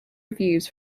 reviews